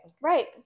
Right